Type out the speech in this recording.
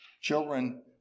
children